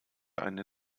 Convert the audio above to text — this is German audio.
eine